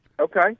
Okay